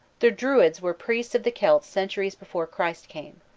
the druids were priests of the celts centuries before christ came.